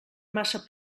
massa